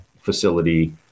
facility